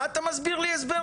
מה אתה מסביר לי הסברים?